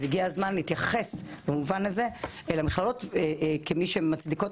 אז צריך להתייחס במובן הזה למכללות כמי שמצדיקות